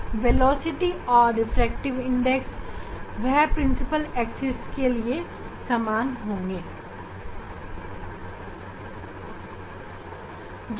लेकिन यह दोनों रिफ्रैक्टिव इंडेक्स आपस में समान होंगे nx ny